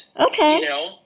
okay